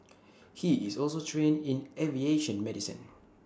he is also trained in aviation medicine